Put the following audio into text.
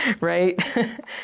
right